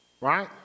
Right